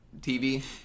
TV